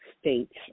states